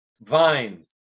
Vines